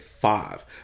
five